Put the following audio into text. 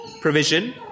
provision